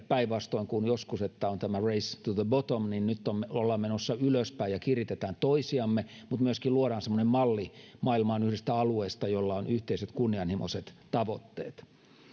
päinvastoin kuin joskus että on tämä race to the bottom niin nyt ollaan menossa ylöspäin ja kiritetään toisiamme mutta myöskin luodaan semmoinen malli maailmaan yhdestä alueesta jolla on yhteiset kunnianhimoiset tavoitteet